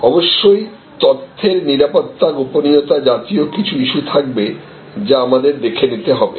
অবশ্যই তথ্যের নিরাপত্তা গোপনীয়তা জাতীয় কিছু ইস্যু থাকবে যা আমাদের দেখে নিতে হবে